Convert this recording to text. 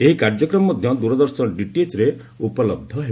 ଏହି କାର୍ଯ୍ୟକ୍ରମ ମଧ୍ୟ ଦୂରଦର୍ଶନ ଡିଟିଏଚ୍ରେ ଉପଲବ୍ଧ ହେବ